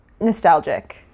nostalgic